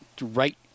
right